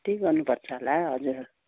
त्यही गर्नु पर्छ होला हजुर